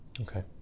Okay